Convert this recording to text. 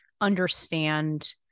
understand